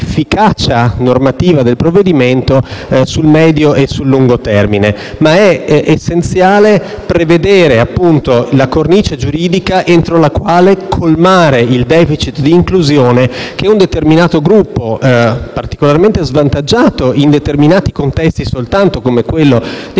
l'efficacia normativa del provvedimento sul medio e lungo termine. È essenziale prevedere la cornice giuridica entro la quale colmare il *deficit* di inclusione che un determinato gruppo, particolarmente svantaggiato in determinati contesti, non soltanto quello di